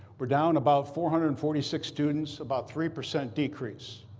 we're down about four hundred and forty six students, about three percent decrease.